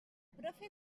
profe